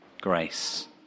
Grace